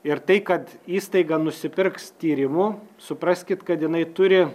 ir tai kad įstaiga nusipirks tyrimų supraskit kad jinai turi